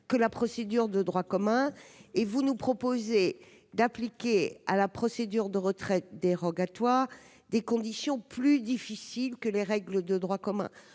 que la procédure de droit commun. Or vous nous proposez d'appliquer à la procédure de retrait dérogatoire des conditions plus difficiles que les règles de droit commun.